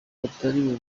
batari